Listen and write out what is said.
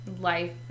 life